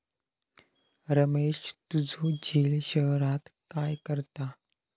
रमेश तुझो झिल शहरात काय करता?